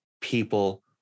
people